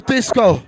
Disco